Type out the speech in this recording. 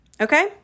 Okay